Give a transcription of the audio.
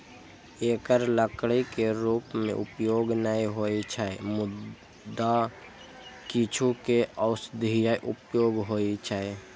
एकर लकड़ी के रूप मे उपयोग नै होइ छै, मुदा किछु के औषधीय उपयोग होइ छै